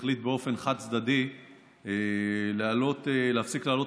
ערוץ 20 החליט באופן חד-צדדי להפסיק להעלות